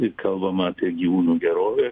ir kalbama apie gyvūnų gerovę